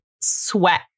sweat